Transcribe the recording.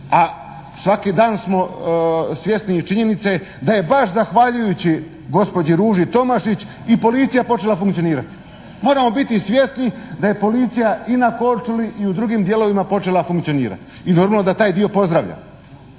a svaki dan smo svjesni i činjenice da je baš zahvaljujući gospođi Ruži Tomašić i policija počela funkcionirati. Moramo biti svjesni da je policija i na Korčuli i u drugim dijelovima počela funkcionirati i normalno da taj dio pozdravljam,